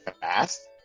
fast